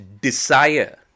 desire